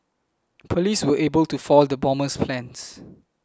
police were able to foil the bomber's plans